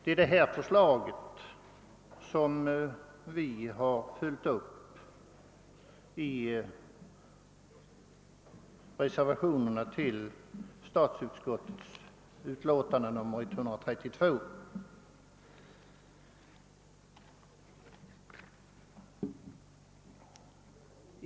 Det är detta förslag som har följts upp i reservationerna till statsutskottets utlå :tande nr 132.